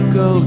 go